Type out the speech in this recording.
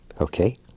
Okay